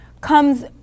comes